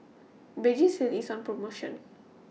Vagisil IS on promotion